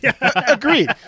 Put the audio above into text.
Agreed